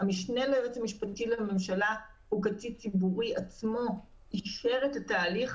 המשנה ליועץ המשפטי לממשלה אישר את התהליך.